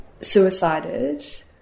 suicided